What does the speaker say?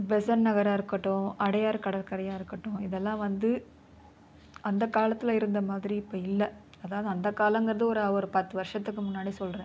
பெசன்நகராக இருக்கட்டும் அடையார் கடற்கரையாக இருக்கட்டும் இது எல்லாம் வந்து அந்த காலத்தில் இருந்த மாதிரி இப்போ இல்லை அதாவது அந்த காலங்கிறது ஒரு ஒரு பத்து வருஷத்துக்கு முன்னாடி சொல்கிறேன்